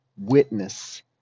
witness